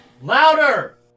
Louder